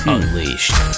Unleashed